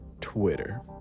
Twitter